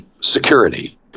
security